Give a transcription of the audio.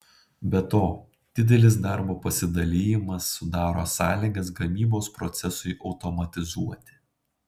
be to didelis darbo pasidalijimas sudaro sąlygas gamybos procesui automatizuoti